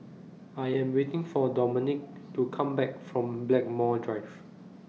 I Am waiting For Dominique to Come Back from Blackmore Drive